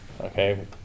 Okay